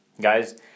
Guys